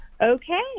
okay